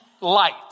light